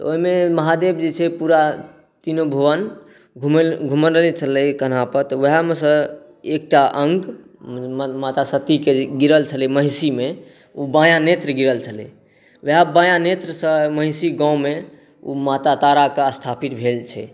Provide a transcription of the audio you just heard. तऽ ओहिमे महादेव जे छै पूरा भुवन तीनो भुवन घूमले छलै कन्हा पर तऽ वएहमेसँ एकटा अंग माता सतीक गिरल छलै महिषीमे ओ बायाँ नेत्र गिरल छलै वएह बायाँ नेत्रसँ ओ महिषी गाँवमे ओ माता ताराक स्थापित भेल छै